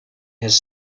his